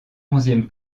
onzième